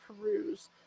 peruse